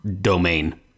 domain